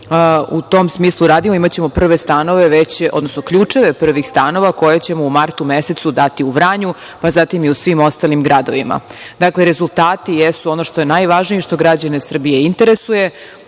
u tom smislu radimo. Imaćemo prve stanove već, odnosno ključeve prvih stanova koje ćemo u martu mesecu dati u Vranju, pa zatim i u svim ostalim gradovima. Dakle, rezultati jesu ono što je najvažnije i što građane Srbije interesuje.